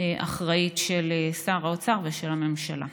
אחראית של שר האוצר ושל הממשלה.